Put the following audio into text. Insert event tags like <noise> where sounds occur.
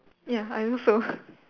ya I also <breath>